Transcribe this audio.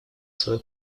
свою